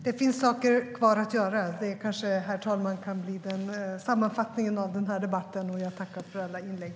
Herr talman! Det finns saker kvar att göra. Det kan bli den sammanfattningen av debatten. Jag tackar för alla inlägg.